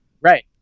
right